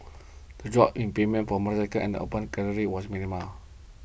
the drop in premiums for motorcycles and Open Category was minimal